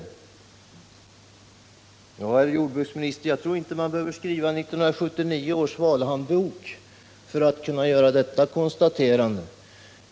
Jag tror inte, herr jordbruksminister, att man behöver skriva 1979 års valhandbok för att kunna göra detta konstaterande.